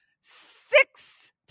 six